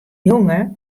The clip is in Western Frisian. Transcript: jonge